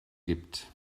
gibt